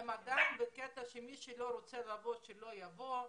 ואם עדיין הם חושבים שמי שלא רוצה לבוא, שלא יבוא,